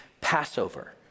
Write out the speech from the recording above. Passover